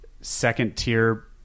second-tier